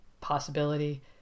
possibility